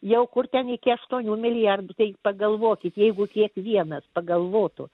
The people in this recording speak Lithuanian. jau kur ten iki aštuonių milijardų tai pagalvokit jeigu kiekvienas pagalvotų